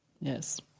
Yes